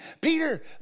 Peter